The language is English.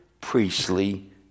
priestly